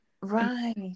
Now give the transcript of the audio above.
Right